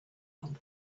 one